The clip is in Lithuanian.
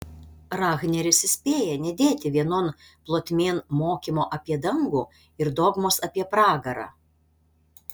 rahneris įspėja nedėti vienon plotmėn mokymo apie dangų ir dogmos apie pragarą